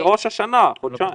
מראש השנה, חודשיים.